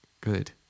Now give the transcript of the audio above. Good